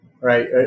right